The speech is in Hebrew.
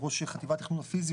ראש חטיבת תכנון פיזי,